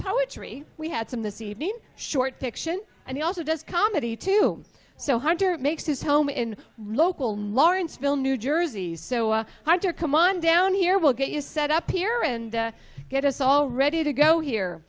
poetry we had some this evening short fiction and he also does comedy too so hunter makes his home in local lawrenceville new jersey so hard to come on down here we'll get you set up here and get us all ready to go here